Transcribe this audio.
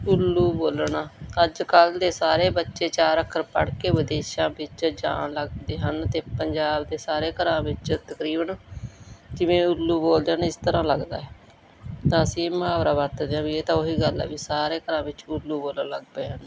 ਉੱਲੂ ਬੋਲਣਾ ਅੱਜ ਕੱਲ੍ਹ ਦੇ ਸਾਰੇ ਬੱਚੇ ਚਾਰ ਅੱਖਰ ਪੜ੍ਹ ਕੇ ਵਿਦੇਸ਼ਾਂ ਵਿੱਚ ਜਾਣ ਲੱਗਦੇ ਹਨ ਅਤੇ ਪੰਜਾਬ ਦੇ ਸਾਰੇ ਘਰਾਂ ਵਿੱਚ ਤਕਰੀਬਨ ਜਿਵੇਂ ਉੱਲੂ ਬੋਲਦੇ ਨੇ ਇਸ ਤਰ੍ਹਾਂ ਲੱਗਦਾ ਤਾਂ ਅਸੀਂ ਇਹ ਮੁਹਾਵਰਾ ਵਰਤਦੇ ਹਾਂ ਵੀ ਇਹ ਤਾਂ ਉਹੀ ਗੱਲ ਹੈ ਵੀ ਸਾਰੇ ਘਰਾਂ ਵਿੱਚ ਉੱਲੂ ਬੋਲਣ ਲੱਗ ਪਏ ਹਨ